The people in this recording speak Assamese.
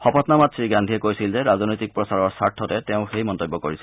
শ্ৰপতনামাত শ্ৰীগান্ধীয়ে কৈছিল যে ৰাজনৈতিক প্ৰচাৰৰ স্বাৰ্থতে তেওঁ সেই মন্তব্য কৰিছিল